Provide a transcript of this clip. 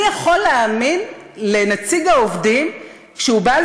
מי יכול להאמין לנציג העובדים כשהוא בא אל